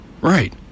Right